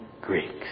Greeks